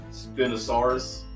Spinosaurus